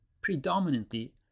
predominantly